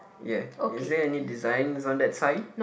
ya is there any designs on that sign